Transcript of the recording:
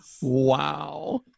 Wow